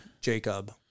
Jacob